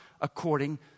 according